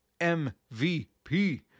MVP